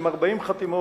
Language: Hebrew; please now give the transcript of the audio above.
עם 40 חתימות,